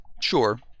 Sure